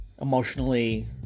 emotionally